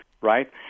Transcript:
right